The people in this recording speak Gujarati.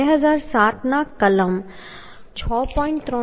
3 માં શોધી શકો છો